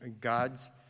God's